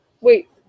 Wait